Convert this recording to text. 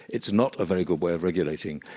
it's not a very good way of regulating.